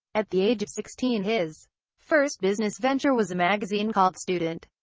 at the age of sixteen his first business venture was a magazine called student.